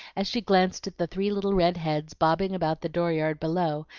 as she glanced at the three little red heads bobbing about the door-yard below,